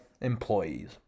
employees